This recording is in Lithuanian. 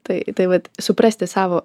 tai tai vat suprasti savo